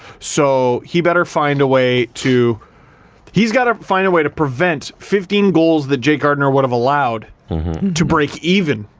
so he better find a way to he's gotta find a way to prevent fifteen goals that jake gardiner would have allowed to break even.